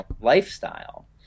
lifestyle